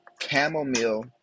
chamomile